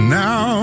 now